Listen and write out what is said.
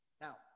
Now